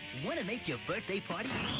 wanna make your birthday party